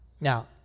Now